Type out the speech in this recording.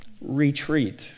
Retreat